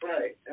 Right